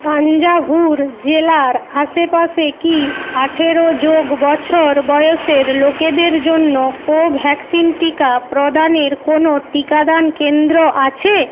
তাঞ্জাভুর জেলার আশেপাশে কি আঠেরো যোগ বছর বয়সের লোকেদের জন্য কোভ্যাক্সিন টিকা প্রদানের কোনও টিকাদান কেন্দ্র আছে